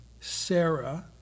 Sarah